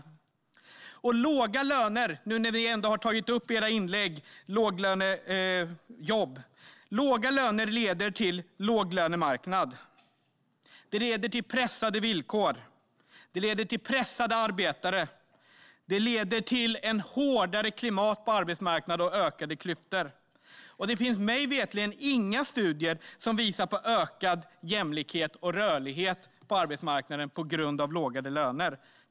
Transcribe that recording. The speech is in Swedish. Ni har redan tagit upp låglönejobb i era inlägg. Låga löner leder till en låglönemarknad. Det leder till pressade villkor. Det leder till pressade arbetare. Det leder till ett hårdare klimat på arbetsmarknaden och till ökade klyftor. Det finns mig veterligen inga studier som visar på ökad jämlikhet och rörlighet på arbetsmarknaden som en effekt av sänkta löner.